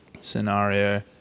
scenario